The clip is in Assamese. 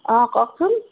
অঁ কওঁকচোন